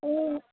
ம்